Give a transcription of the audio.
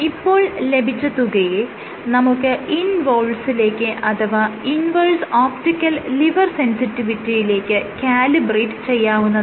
ഇപ്പോൾ ലഭിച്ച തുകയെ നമുക്ക് ഇൻ വോൾസ് അഥവാ ഇൻവേഴ്സ് ഒപ്റ്റിക്കൽ ലിവർ സെൻസിറ്റിവിറ്റിയിലേക്ക് കാലിബ്രേറ്റ് ചെയ്യാവുന്നതാണ്